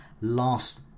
last